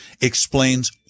explains